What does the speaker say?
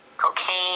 cocaine